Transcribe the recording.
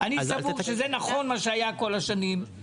אלא שמה שהיה כל השנים היה נכון.